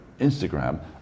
Instagram